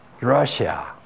Russia